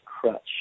crutch